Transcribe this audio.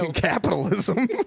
capitalism